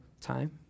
time